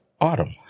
Autumn